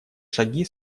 шаги